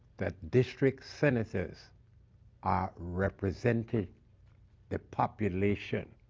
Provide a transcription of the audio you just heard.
that district senators are representing the population.